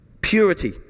Purity